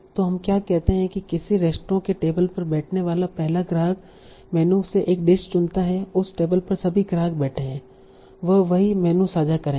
तो हम क्या कहते हैं कि किसी रेस्तरां में टेबल पर बैठने वाला पहला ग्राहक मेनू से एक डिश चुनता है और उस टेबल पर सभी ग्राहक बैठे थे वह वही मेनू साझा करेंगे